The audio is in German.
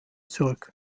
zurück